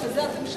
בשביל זה אתם שם.